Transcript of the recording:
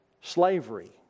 slavery